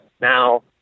Now